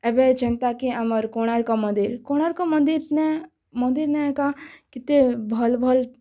ଏବେ ଯେନ୍ତା କି ଆମର କୋଣାର୍କ ମନ୍ଦିର କୋଣାର୍କ ମନ୍ଦିର୍ନେ ମନ୍ଦିର୍ନେ ଏକା କେତେ ଭଲ୍ ଭଲ୍